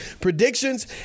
predictions